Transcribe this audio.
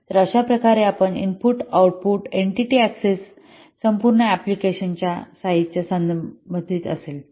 तर अशा प्रकारे आपण इनपुट आउटपुट एंटीटी ऍक्सेस संपूर्ण अँप्लिकेशन च्या साईझ शी संबंधित असेल